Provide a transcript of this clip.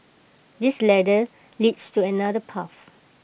this ladder leads to another path